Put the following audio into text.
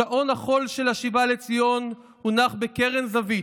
שעון החול של השיבה לציון הונח בקרן זווית.